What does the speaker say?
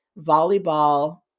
volleyball